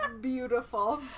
Beautiful